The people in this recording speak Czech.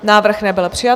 Návrh nebyl přijat.